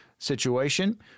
situation